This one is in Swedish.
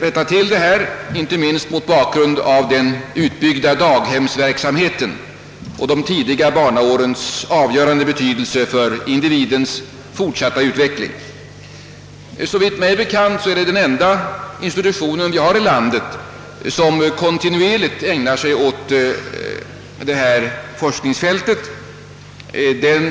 rätta till detta, inte minst mot bakgrund av den utbyggda daghemsverksamheten och de tidigare barnaårens avgörande betydelse för individens fortsatta utveckling. Såvitt mig är bekant är institutet den enda institution vi har i landet som kontinuerligt ägnar sig åt detta forskningsfält.